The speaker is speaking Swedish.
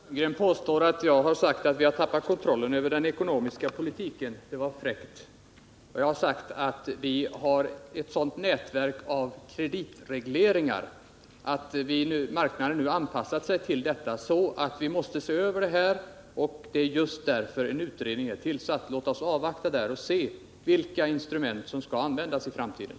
Herr talman! Roland Sundgren påstår att jag har sagt att vi har tappat kontrollen över den ekonomiska politiken. Det var fräckt. Jag har sagt att vi har ett sådant nätverk av kreditregleringar att marknaden nu har anpassat sig till detta. Vi måste därför se över kreditpolitiken, och det är just därför som en utredning har tillsatts. Låt oss avvakta resultatet av den och se vilka instrument som skall användas i framtiden.